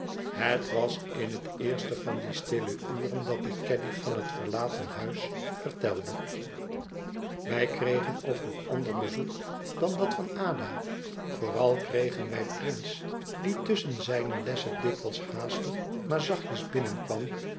het was in het eerste van die stille uren dat ik caddy van het verlaten huis vertelde wij kregen ook nog ander bezoek dan dat van ada vooral kregen wij prince die tusschen zijne lessen dikwijls haastig maar zachtjes binnenkwam